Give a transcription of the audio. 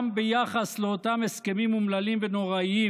גם ביחס לאותם הסכמים אומללים ונוראיים,